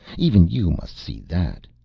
even you must see that.